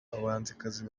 abahanzikazi